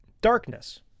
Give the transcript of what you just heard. darkness